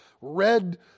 red